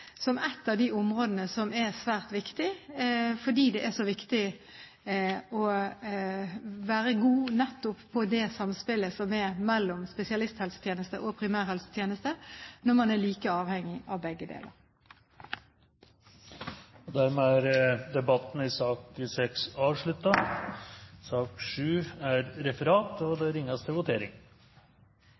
som et av de områdene som er svært viktig fordi det er så viktig å være god nettopp på samspillet mellom speisalisthelsetjenesten og primærhelsetjenesten når man er like avhengig av begge deler. Dermed er debatten i sak nr. 6 avsluttet. Da er vil klare til å gå til votering.